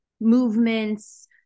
movements